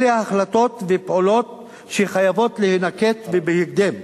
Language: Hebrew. אלה החלטות ופעולות שחייבות להינקט, ובהקדם.